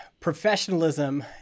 professionalism